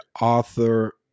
author